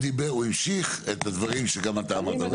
הוא דיבר, הוא המשיך את הדברים שגם אתה אמרת.